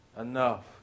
enough